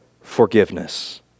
forgiveness